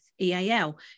EAL